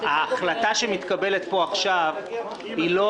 ההחלטה שמתקבלת פה עכשיו היא לא